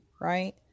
right